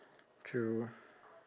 true